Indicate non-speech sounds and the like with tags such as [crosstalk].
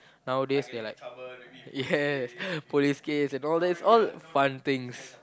nowadays they like yes [breath] police case and all that it's all fun things